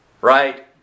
Right